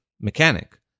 mechanic